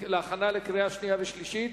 להכנה לקריאה שנייה וקריאה שלישית,